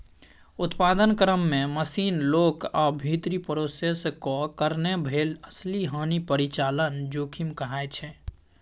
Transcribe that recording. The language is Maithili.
उत्पादन क्रम मे मशीन, लोक आ भीतरी प्रोसेसक कारणेँ भेल असली हानि परिचालन जोखिम कहाइ छै